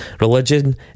religion